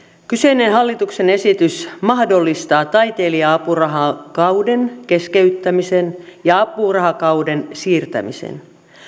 kyseinen hallituksen esitys mahdollistaa taiteilija apurahakauden keskeyttämisen ja apurahakauden siirtämisen